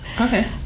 Okay